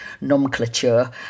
nomenclature